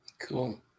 Cool